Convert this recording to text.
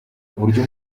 uburyo